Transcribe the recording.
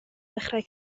ddechrau